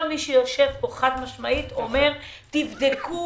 כל מי שיושב פה חד משמעית אומר: תבדקו